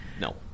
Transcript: No